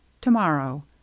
Tomorrow